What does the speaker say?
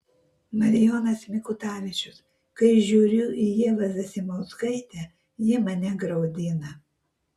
marijonas mikutavičius kai žiūriu į ievą zasimauskaitę ji mane graudina